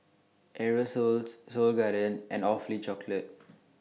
Aerosoles Seoul Garden and Awfully Chocolate